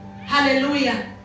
hallelujah